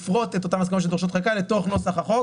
לפרוט את אותן הסכמות שדורשות חקיקה לתוך נוסח החוק